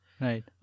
Right